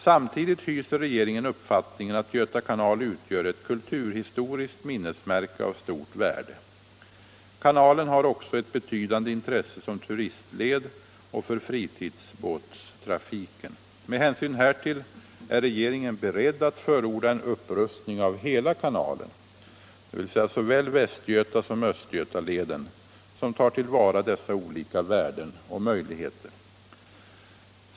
Samtidigt hyser regeringen uppfattningen att Göta kanal utgör ett kulturhistoriskt minnesmärke av stort värde. Kanalen har också ett betydande intresse som turistled och för fritidsbåtstrafiken. Med hänsyn härtill är regeringen beredd att förorda en upprustning av hela kanalen — dvs. såväl Västgötasom Östgötaleden — som tar till vara dessa olika värden och möjligheter.